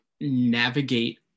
navigate